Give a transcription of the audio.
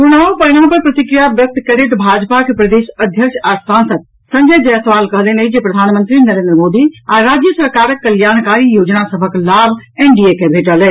चुनाव परिणाम पर प्रतिक्रिया व्यक्त करैत भाजपा के प्रदेश अध्यक्ष आ सांसद संजय जायसवाल कहलनि अछि जे प्रधानमंत्री नरेन्द्र मोदी आ राज्य सरकारक कल्याणकारी योजना सभक लाभ एनडीए के भेटल अछि